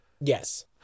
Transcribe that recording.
Yes